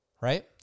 right